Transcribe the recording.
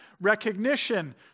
recognition